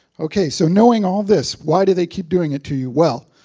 okay. so knowing all this, why do they keep doing it to you? well,